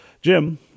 Jim